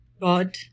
God